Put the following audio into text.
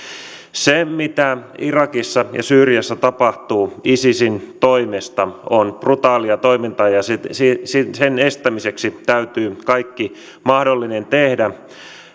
se mitä irakissa ja syyriassa tapahtuu isisin toimesta on brutaalia toimintaa ja sen estämiseksi täytyy kaikki mahdollinen tehdä